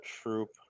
Troop